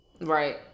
Right